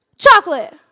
Chocolate